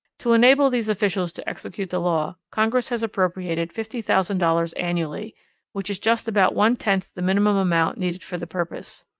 to enable these officials to execute the law, congress has appropriated fifty thousand dollars annually which is just about one tenth the minimum amount needed for the purpose.